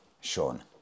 Sean